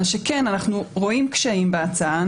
מה שכן, אנחנו רואים קשיים בהצעה.